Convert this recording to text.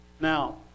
Now